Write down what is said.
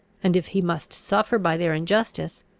and, if he must suffer by their injustice,